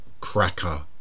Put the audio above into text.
Cracker